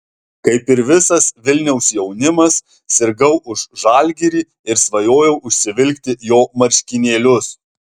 kaip ir visas vilniaus jaunimas sirgau už žalgirį ir svajojau užsivilkti jo marškinėlius